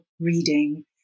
reading